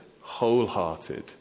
wholehearted